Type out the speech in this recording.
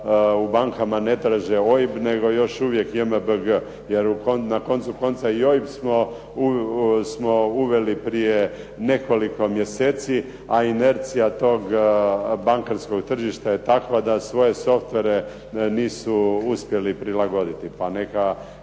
u bankama ne traže OIB nego još uvijek JMBG. Jer na koncu konca i OIB smo uveli prije nekoliko mjeseci, a inercija tog bankarskog tržišta je takva da svoje softvere nisu uspjeli prilagoditi. Pa neka